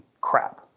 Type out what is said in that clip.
crap